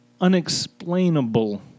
unexplainable